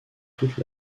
toute